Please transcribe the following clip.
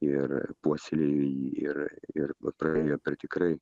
ir puoselėjo jį ir ir praėjo per tikrai